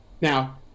Now